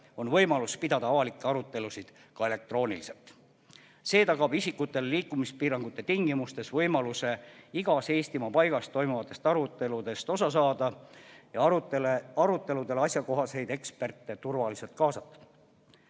on võimalus pidada avalikke arutelusid ka elektrooniliselt. See tagab isikutele liikumispiirangute tingimustes võimaluse igas Eestimaa paigas toimuvatest aruteludest osa saada ja sinna turvaliselt eksperte kaasata.